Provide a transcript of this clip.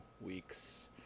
weeks